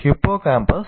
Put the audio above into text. hippocampus